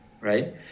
right